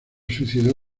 suicidó